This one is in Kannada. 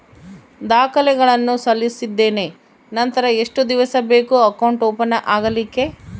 ದಾಖಲೆಗಳನ್ನು ಸಲ್ಲಿಸಿದ್ದೇನೆ ನಂತರ ಎಷ್ಟು ದಿವಸ ಬೇಕು ಅಕೌಂಟ್ ಓಪನ್ ಆಗಲಿಕ್ಕೆ?